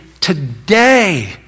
today